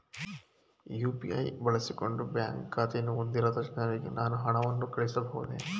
UPI ಬಳಸಿಕೊಂಡು bank ಖಾತೆಯನ್ನು ಹೊಂದಿರದ ಜನರಿಗೆ ನಾನು ಹಣವನ್ನು ಕಳುಹಿಸಬಹುದೇ?